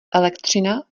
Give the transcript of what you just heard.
elektřina